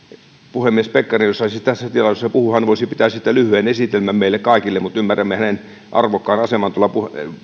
puhemies pekkarinen jos saisi tässä tilaisuudessa puhua hän voisi pitää siitä lyhyen esitelmän meille kaikille mutta ymmärrämme hänen arvokkaan asemansa tuolla